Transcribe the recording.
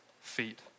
feet